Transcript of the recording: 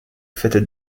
faite